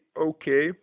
okay